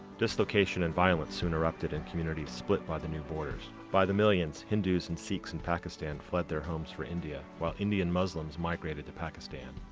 dislocation and violence soon erupted in communities split by the new borders. by the millions, hindus and sikhs in pakistan fled their homes for india, while indian muslims migrated to pakistan.